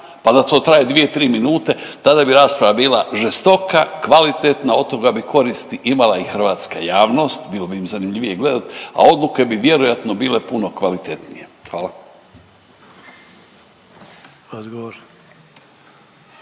pa da to traje 2-3 minute tada bi rasprava bila žestoka, kvalitetna od toga bi koristi imala i hrvatska javnost bilo bi im zanimljivije gledat, a odluke bi vjerojatno bile puno kvalitetnije. Hvala.